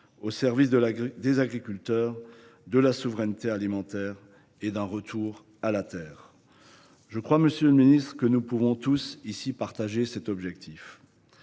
au service des agriculteurs, de la souveraineté alimentaire et d’un « retour à la terre ». Je crois, monsieur le ministre, que nous pouvons tous, ici, souscrire à cet objectif.